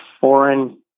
foreign